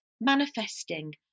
manifesting